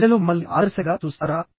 ప్రజలు మమ్మల్ని ఆదర్శంగా చూస్తారా